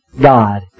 God